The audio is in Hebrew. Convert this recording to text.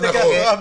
זה נכון.